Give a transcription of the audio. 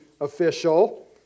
official